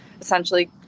essentially